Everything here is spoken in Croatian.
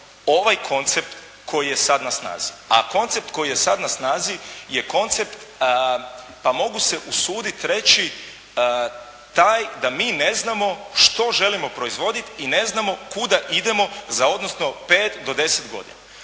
ovaj koncept koji je sada na snazi, a koncept koji je sada na snazi je koncept pa mogu se usuditi reći, taj da mi ne znamo što želimo proizvoditi i ne znamo kuda idemo za odnosno 5 do 10 godina.